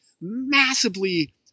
massively